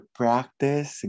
practice